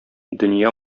дөнья